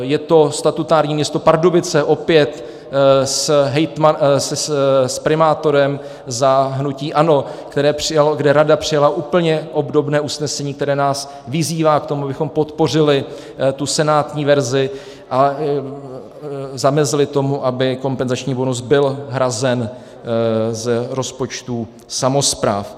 Je to statutární město Pardubice, opět s primátorem za hnutí ANO, kde rada přijala úplně obdobné usnesení, které nás vyzývá k tomu, abychom podpořili tu senátní verzi a zamezili tomu, aby kompenzační bonus byl hrazen z rozpočtů samospráv.